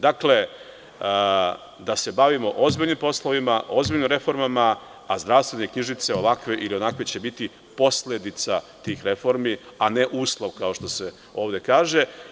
Dakle da se bavimo ozbiljnim poslovima, ozbiljnim reformama, a zdravstvene knjižice, ovakve ili onakve, biće posledica tih reformi, a ne uslov kao što se ovde kaže.